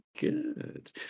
good